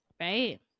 right